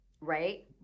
Right